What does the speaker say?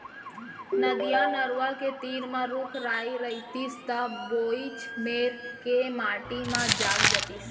नदिया, नरूवा के तीर म रूख राई रइतिस त वोइच मेर के माटी म जाग जातिस